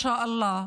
בעזרת האל,